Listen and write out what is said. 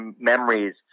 memories